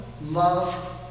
Love